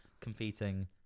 competing